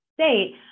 state